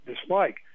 dislike